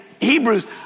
Hebrews